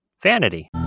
vanity